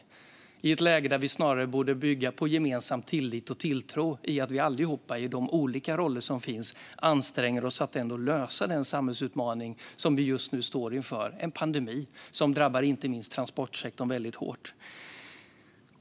Men vi har ett läge där vi snarare borde bygga på gemensam tillit och tilltro till att vi allihop, i de olika roller som finns, anstränger oss att lösa den samhällsutmaning som vi just nu står inför: en pandemi som drabbar inte minst transportsektorn väldigt hårt.